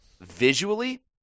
visually